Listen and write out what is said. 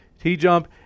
T-Jump